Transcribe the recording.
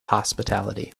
hospitality